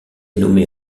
nommée